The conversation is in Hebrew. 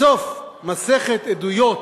בסוף מסכת עדויות,